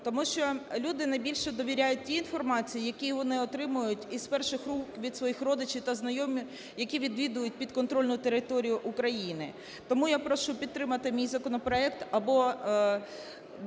Тому що люди найбільше довіряють тій інформації, яку вони отримують з перших рук, від своїх родичів та знайомих, які відвідують підконтрольну територію України. Тому я прошу підтримати мій законопроект або